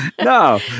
no